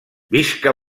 visca